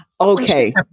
Okay